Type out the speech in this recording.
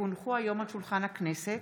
כי הונחו היום על שולחן הכנסת,